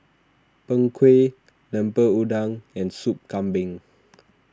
Png Kueh Lemper Udang and Soup Kambing